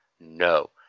No